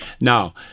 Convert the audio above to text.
Now